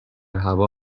هوا